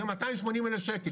זה 280,000 שקל,